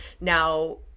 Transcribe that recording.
Now